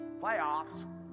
Playoffs